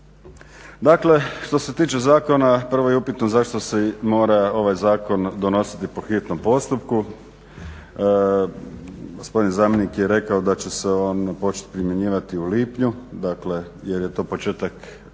Dakle, što se tiče zakona prvo je upitno zašto se mora ovaj zakon donositi po hitnom postupku. Gospodin zamjenik je rekao da će se on početi primjenjivati u lipnju, dakle jer je to početak i